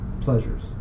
pleasures